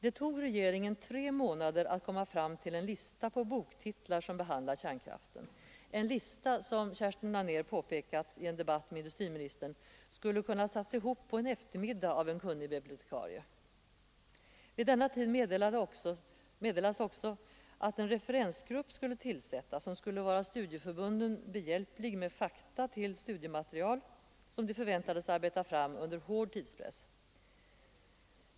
Det tog regeringen tre månader att komma fram till en lista på boktitlar som behandlar kärnkraften — en lista vilken, såsom Kerstin Anér påpekat i en debatt med industriministern, skulle kunna sättas ihop på en eftermiddag av en kunnig bibliotekarie. Samtidigt meddelades att en referensgrupp skulle tillsättas för att hjälpa studieförbunden med fakta till det studiematerial som de förväntades leta fram under hård tidspress.